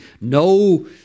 No